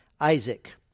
Isaac